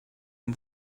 and